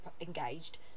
engaged